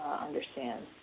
understand